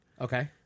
Okay